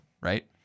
right